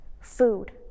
food